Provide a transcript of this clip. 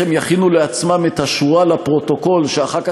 הם יכינו לעצמם את השורה לפרוטוקול שאחר כך,